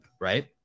right